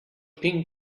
ping